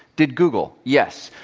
did google? yes.